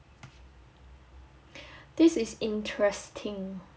this is interesting